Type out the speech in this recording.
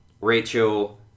Rachel